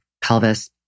pelvis